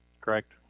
Correct